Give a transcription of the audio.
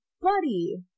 buddy